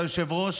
זה היושב-ראש,